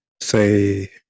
say